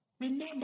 remember